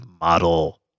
model